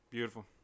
Beautiful